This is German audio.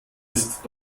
ist